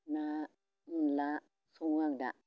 ना अनला सङो आं दा